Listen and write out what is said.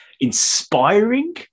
inspiring